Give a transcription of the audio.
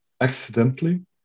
accidentally